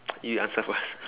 you answer first